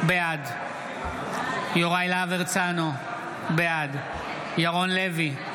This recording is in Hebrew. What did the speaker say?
בעד יוראי להב הרצנו, בעד ירון לוי,